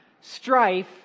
strife